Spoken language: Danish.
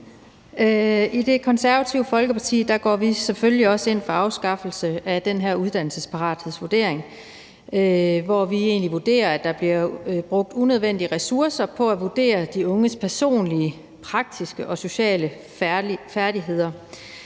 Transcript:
I Det Konservative Folkeparti går vi selvfølgelig også ind for afskaffelse af den her uddannelsesparathedsvurdering, hvor vi egentlig vurderer, at der bliver brugt unødvendige ressourcer på at vurdere de unges personlige, praktiske og sociale færdigheder.